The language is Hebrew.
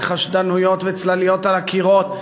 וחשדנויות וצלליות על הקירות.